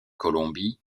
colombie